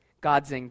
God's